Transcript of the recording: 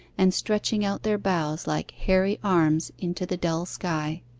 and stretching out their boughs like hairy arms into the dull sky.